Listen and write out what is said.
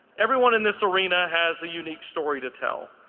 everyone in this arena has a unique story to tell.